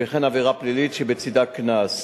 וכן עבירה פלילית שבצדה קנס.